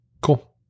Cool